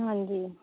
ਹਾਂਜੀ